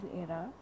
era